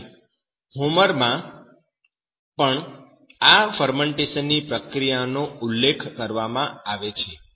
અને હોમરમાં પણ આ ફરમેન્ટેશનની પ્રક્રિયાનો ઉલ્લેખ કરવામાં આવે છે